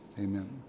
Amen